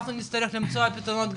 ואנחנו נצטרך למצוא פתרונות,